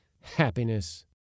happiness